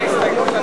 ההסתייגות של